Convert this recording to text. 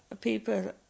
people